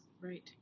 Right